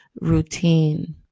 routine